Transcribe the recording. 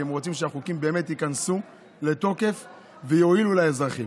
כי הם רוצים שהחוקים באמת ייכנסו לתוקף ויועילו לאזרחים.